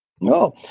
No